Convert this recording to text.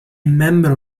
membro